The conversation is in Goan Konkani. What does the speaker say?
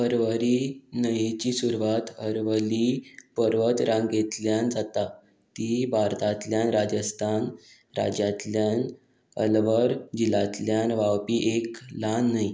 अरवरी न्हंयेची सुरवात अरवली पर्वत रांगेतल्यान जाता ती भारतांतल्यान राजस्थान राज्यांतल्यान अलवर जिल्ल्यांतल्यान व्हांवपी एक ल्हान न्हंय